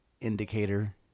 indicator